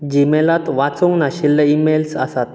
जिमेलांत वाचूंक नाशिल्ले ईमेल्स आसात